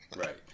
Right